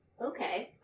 Okay